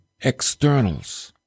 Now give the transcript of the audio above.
externals